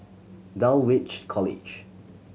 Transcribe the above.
Dulwich College